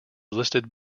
listed